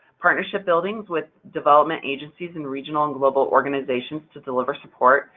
partnership buildings with development agencies and regional and global organizations to deliver support,